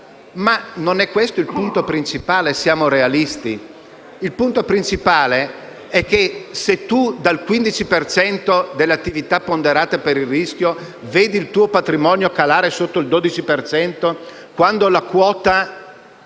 Ma non è questo il punto principale, siamo realisti. Il punto principale è che, se dal 15 per cento delle attività ponderate per il rischio si vede il patrimonio calare sotto il 12 per cento, quando la quota